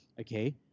Okay